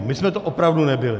My jsme to opravdu nebyli.